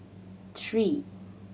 three